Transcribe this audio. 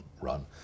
run